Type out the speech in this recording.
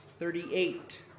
Thirty-eight